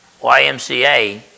YMCA